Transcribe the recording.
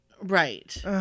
right